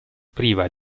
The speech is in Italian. priva